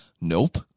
Nope